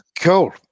Cool